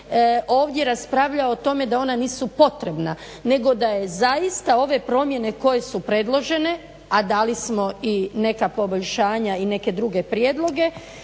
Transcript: ovdje raspravljao o tome da ona nisu potrebna nego da je zaista ove promjene koje su predložene a dali smo i neka poboljšanja i neke druge prijedloge